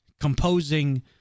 composing